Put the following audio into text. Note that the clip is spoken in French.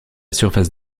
surface